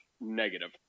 negative